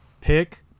pick